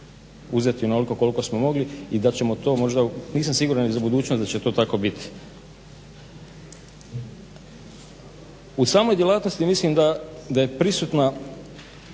uzeti onoliko koliko smo mogli i da ćemo to možda, nisam siguran i za budućnost da će to tako biti. U samoj djelatnosti mislim da je prisutna